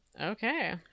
Okay